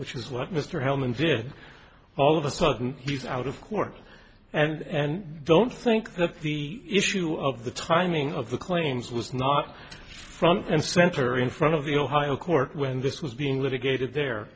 which is what mr hellman did all of a sudden he's out of court and don't think that the issue of the timing of the claims was not front and center in front of the ohio court when this was being litigated there